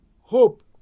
hope